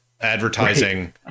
advertising